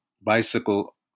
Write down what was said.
bicycle